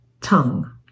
tongue